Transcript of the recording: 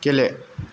गेले